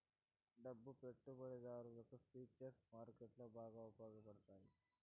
డబ్బు పెట్టుబడిదారునికి ఫుచర్స్ మార్కెట్లో బాగా ఉపయోగపడతాయి